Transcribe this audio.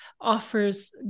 offers